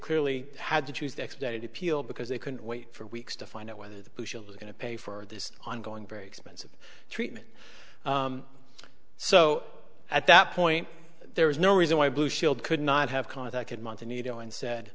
clearly had to choose the expedited appeal because they couldn't wait for weeks to find out whether the blue shield was going to pay for this ongoing very expensive treatment so at that point there was no reason why blue shield could not have contacted month and you know and said